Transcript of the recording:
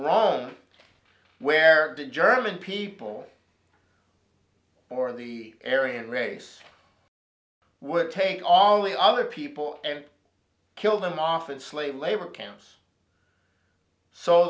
run where the german people for the area and race would take all the other people and kill them off in slave labor camps so